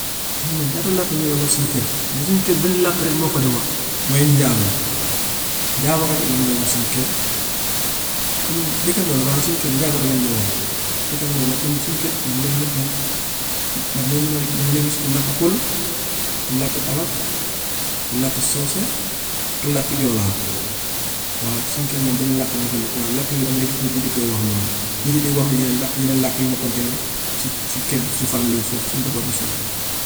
Mu ne ñaata làkk ñoo dee wax suñ kër, ñun suñ kër benn làkk rek moo fa dee wax mooy njaago njaago rek lañ dee wax suñ kër. Comme dëkkandoo la waaye suñ kër njaago rek lañ dee wax, dëkkandoo la comme suñ kër na nga dee mun a, danga dee mun a, danga dee gis ku làkk pël, ku làkk olof, ku làkk soose, ku làkk joolaa. Waaw suñ kër moom benn làkk moo fa nekk, waaye làkk yooyu danga dee gis nit yi di koy wax loolu, nit yi di wax yeneen là- yeneen làkk yi ma compté noonu si si kër bi si family bi foofu si njaboot bi foofu.